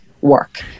work